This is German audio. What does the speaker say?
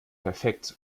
perfekt